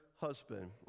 husband